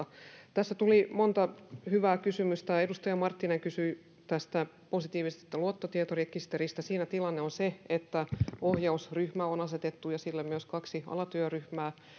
tässä tuli monta hyvää kysymystä edustaja marttinen kysyi tästä positiivisesta luottotietorekisteristä siinä tilanne on se että ohjausryhmä on asetettu ja sille myös kaksi alatyöryhmää